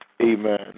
amen